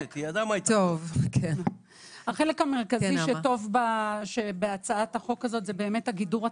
החלק המרכזי שבהצעת החוק הזו זה הגידור התקציבי,